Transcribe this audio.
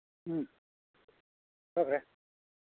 ꯎꯝ ꯐꯔꯦ ꯐꯔꯦ